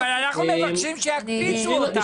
אבל אנחנו מבקשים שיקפיצו אותם.